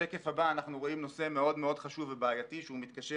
בשקף הבא אנחנו רואים נושא מאוד מאוד חשוב ובעייתי שהוא מתקשר